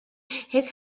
his